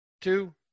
two